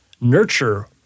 nurture